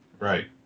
Right